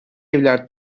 evler